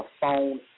phone